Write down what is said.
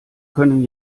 können